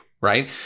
Right